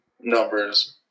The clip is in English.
numbers